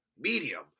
medium